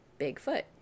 Bigfoot